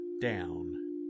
down